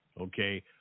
okay